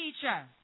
teacher